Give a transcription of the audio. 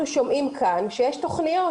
אנחנו שומעים כאן שיש תוכניות.